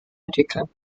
entwickeln